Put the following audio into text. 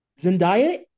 Zendaya